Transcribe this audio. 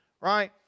right